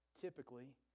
typically